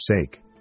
sake